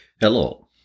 Hello